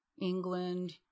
England